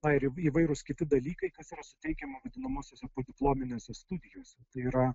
na ir įvairūs kiti dalykai kas yra suteikiama vadinamosiose diplominėse studijose yra